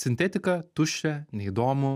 sintetika tuščia neįdomu